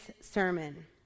sermon